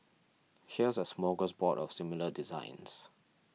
here's a smorgasbord of similar designs